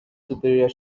superior